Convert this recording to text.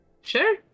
Sure